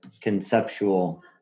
conceptual